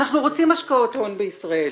אנחנו רוצים השקעות הון בישראל.